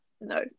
no